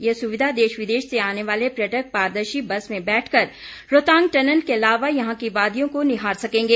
यह सुविधा देश विदेश से आने वाले पर्यटक पारदर्शी बस में बैठकर रोहतांग टनल के अलावा यहां की वादियों को निहार सकेंगे